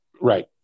Right